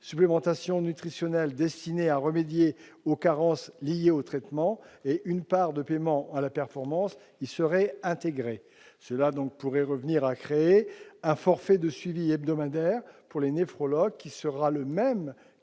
supplémentation nutritionnelle destinée à remédier aux carences liées au traitement et une part de paiement à la performance y seraient intégrés. Cela reviendrait à créer, tout d'abord, un forfait de suivi hebdomadaire pour les néphrologues, qui sera le même,